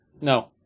No